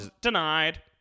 denied